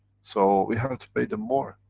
so, we have to pay them more.